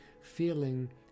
feeling